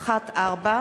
עינת וילף ועמיר פרץ,